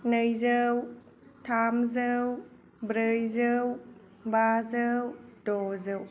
नैजौ थामजौ ब्रैजौ बाजौ द'जौ